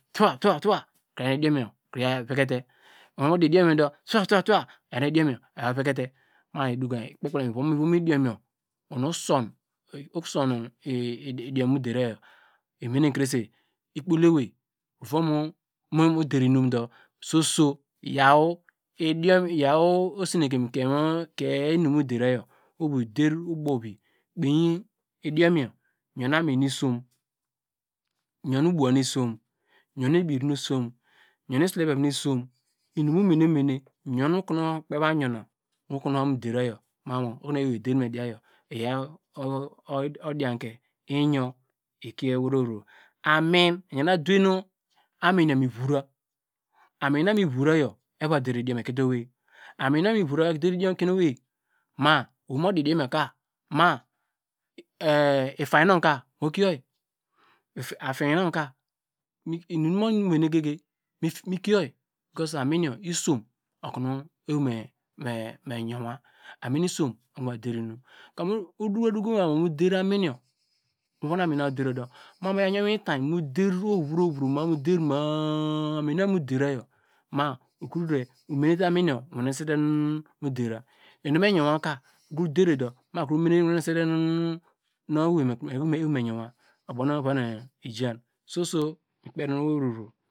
Tuwa, tuwa tuwa eyar te idiom you eyevekete ma mu dokumu ikpe kpelem ivom ivom idiom ubow nu owom idiom mu derayio kre se ohor mu der inumdu so so, yaw oseekem kie inum nu mu derayo der ubovi kpeye idiom yo yorn amin nu isom youn ubuwan nu isom youn ebiv nu isom youn iselebem nu isom inum mu me ne me ne youn okonu ikpe ba younami komu wor bamu derayor youn okonu ikpe ba yournam iyoun odianke ikie ovro owei vro amin eyan adowe nu amin mi vora eva der idiom ekietu ewei amin yor mi vora ova der idiom okien ewei ma owei yor mo diaka ma ifainy nu ka mu kio yi becaus amin yor isom oko me var derinum udokom mu von amin na mu var der inum ma mu der ma- a amin na mu dera yor umenete amiin yor owune sete nu dera inu me youwaka uderedo ma umene wonete nu ewei me yowa oyor ubonu ivar nu igrin soso mi kperi nu owei vro owei vro